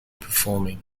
performing